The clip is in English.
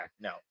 no